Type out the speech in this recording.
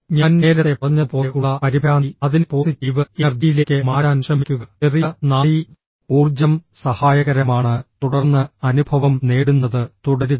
ഞാൻ നേരത്തെ പറഞ്ഞതുപോലെ ഉള്ള പരിഭ്രാന്തി അതിനെ പോസിറ്റീവ് എനർജിയിലേക്ക് മാറ്റാൻ ശ്രമിക്കുക ചെറിയ നാഡീ ഊർജ്ജം സഹായകരമാണ് തുടർന്ന് അനുഭവം നേടുന്നത് തുടരുക